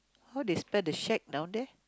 how they spell the shack down there